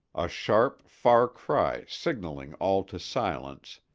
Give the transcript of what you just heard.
a sharp, far cry signing all to silence,